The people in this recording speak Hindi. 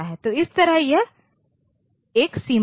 तो इस तरह एक सीमा है